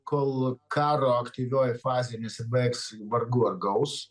kol karo aktyvioji fazė nesibaigs vargu ar gaus